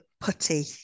putty